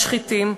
והמשחיתים,